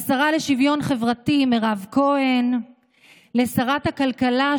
לשרה לשוויון חברתי מירב כהן ולשרת הכלכלה,